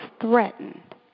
threatened